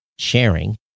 sharing